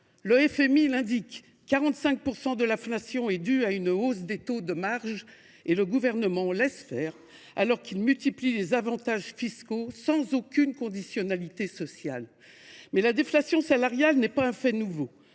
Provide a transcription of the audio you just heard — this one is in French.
: au total, 45 % de l’inflation est due à une hausse des taux de marge. Et le Gouvernement laisse faire tout en multipliant les avantages fiscaux sans aucune conditionnalité sociale. Pourtant, la déflation salariale n’est pas un fait nouveau.